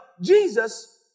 Jesus